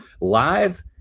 live